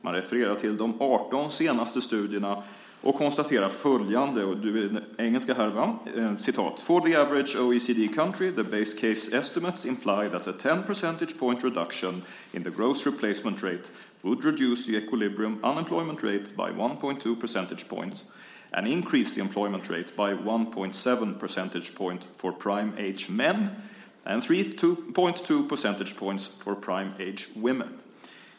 Man refererar till de 18 senaste studierna och konstaterar följande: "For the average OECD country, the base-case estimates imply that a 10 percentage point reduction in the gross replacement rate would reduce the equilibrium unemployment rate by 1.2 percentage points and increase the employment rate by 1.7 percentage points for prime-age men and 3.2 percentage points for prime-age women."